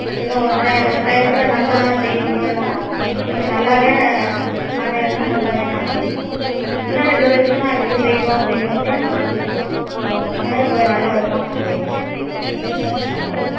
அப்படிலான் ஒரு டைம் ஒரு டயத்துல நல்லா செய்ய முடியாத நான் இப்போ நல்லாவே சமையலெலாம் நல்லாவே நான் செய்வேன் இன்னும் ரெண்டு பேருக்கு நான் எப்படி செய்யணும் அப்படிங்குறதையும் நான் கற்று கொடுப்பேன் அதனால் இப்போ நல்ல விதமாக நான் செய்வேன் சமையல்